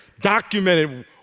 documented